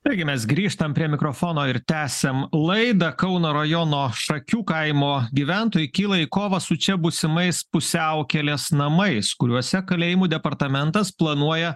taigi mes grįžtam prie mikrofono ir tęsiam laidą kauno rajono šakių kaimo gyventojai kyla į kovą su čia būsimais pusiaukelės namais kuriuose kalėjimų departamentas planuoja